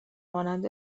مانند